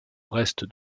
reste